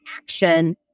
action